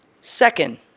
Second